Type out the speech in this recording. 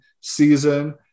season